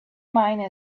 mine